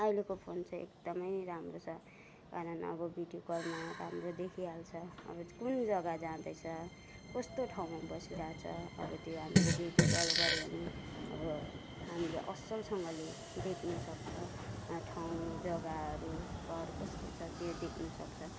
अहिलेको फोन चाहिँ एकदमै राम्रो छ कारण अब भिडियो कलमा राम्रो देखिहाल्छ अब कुन जग्गा जाँदैछ कस्तो ठाउँमा बसीरहेछ अब त्यो हामीले भिडियो कल गऱ्यो भने अब हामीले असलसँगले देख्नुसक्छ ठाउँ जग्गाहरू घर कस्तो छ त्यो देख्नुसक्छ